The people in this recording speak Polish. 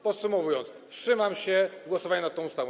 Podsumowując, wstrzymam się w głosowaniu nad tą ustawą.